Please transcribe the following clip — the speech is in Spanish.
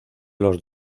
los